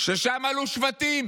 "ששם עלו שבטים"